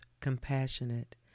compassionate